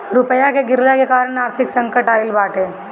रुपया के गिरला के कारण आर्थिक संकट आईल बाटे